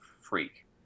freak